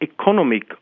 economic